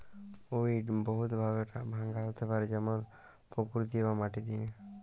weed বহুত ভাবে ভাঙা হ্যতে পারে যেমল পুকুর দিয়ে বা মাটি দিয়ে